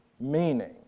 meaning